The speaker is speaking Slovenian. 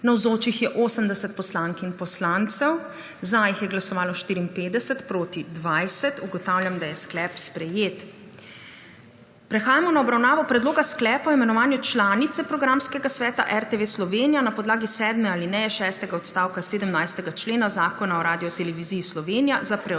Navzočih je 80 poslank in poslancev, za je glasovalo 54, proti 20. (Za je glasovalo 54.) (Proti 20.) Ugotavljam, da je sklep sprejet. Prehajamo na obravnavo Predloga sklepa o imenovanju članice programskega sveta RTV Slovenija na podlagi sedme alineje šestega odstavka 17. člena Zakona o Radioteleviziji Slovenija za preostanek